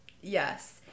yes